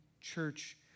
church